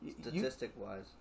statistic-wise